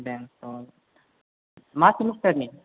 दे अ मा सेमिस्टारनि